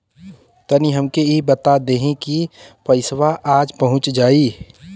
तनि हमके इ बता देती की पइसवा आज पहुँच जाई?